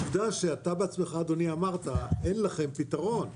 עובדה שאתה בעצמך אמרת, אדוני, שאין לכם פתרון.